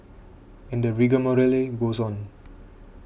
and the rigmarole goes on